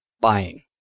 Buying